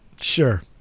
sure